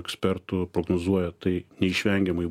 ekspertų prognozuoja tai neišvengiamai